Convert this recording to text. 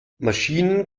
maschinen